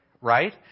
right